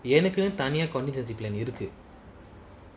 எனக்குதனியா:enaku thaniya contingency plan இருக்கு:iruku